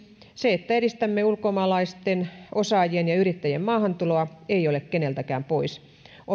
se että edistämme ulkomaalaisten osaajien ja yrittäjien maahantuloa ei ole keneltäkään pois omalla osaamisellaan he